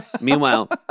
Meanwhile